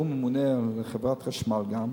שהוא ממונה גם על חברת החשמל,